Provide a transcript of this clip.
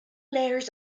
layers